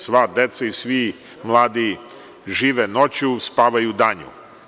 Sva deca i svi mladi žive noću, spavaju danju.